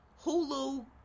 Hulu